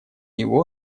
его